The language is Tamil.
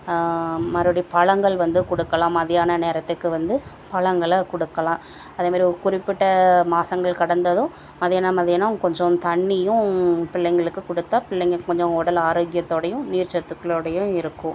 மறுபடி பழங்கள் வந்து கொடுக்கலாம் மதியானம் நேரத்துக்கு வந்து பழங்கள கொடுக்கலாம் அது மாதிரி ஒரு குறிப்பிட்ட மாதங்கள் கடந்ததும் மதியானம் மதியானம் கொஞ்சம் தண்ணியும் பிள்ளைங்களுக்கு கொடுத்தா பிள்ளைங்க கொஞ்சம் உடல் ஆரோக்கியத்தோடையும் நீர்ச் சத்துக்களோடையும் இருக்கும்